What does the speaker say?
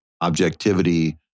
objectivity